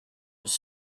was